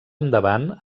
endavant